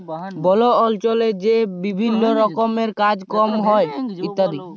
বল অল্চলে যে বিভিল্ল্য রকমের কাজ কম হ্যয় ইত্যাদি